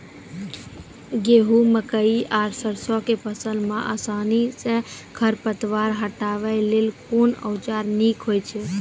गेहूँ, मकई आर सरसो के फसल मे आसानी सॅ खर पतवार हटावै लेल कून औजार नीक है छै?